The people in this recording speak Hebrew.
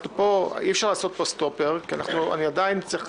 אי-אפשר לשים פה סטופר, כי אני עדיין צריך